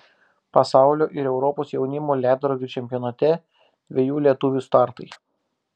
pasaulio ir europos jaunimo ledrogių čempionate dviejų lietuvių startai